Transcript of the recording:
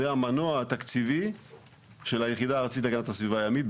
היא המנוע התקציבי של היחידה הארצית להגנת הסביבה הימית.